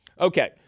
Okay